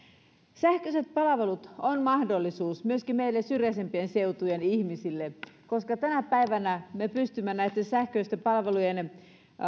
sähköiset palvelut ovat mahdollisuus myöskin meille syrjäisempien seutujen ihmisille koska tänä päivänä me pystymme näitten sähköisten palvelujen